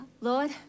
Lord